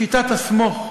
שיטת ה"סמוך",